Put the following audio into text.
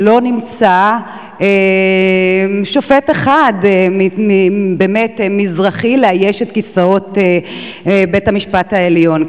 שלא נמצא שופט אחד מזרחי לאייש את כיסאות בית-המשפט העליון.